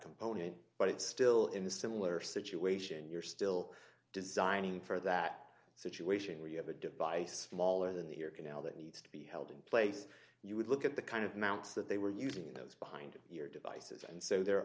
component but it's still in a similar situation you're still designing for that situation where you have a device mauler than the ear canal that needs to be held in place you would look at the kind of mounts that they were using those behind your devices and so they're